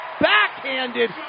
backhanded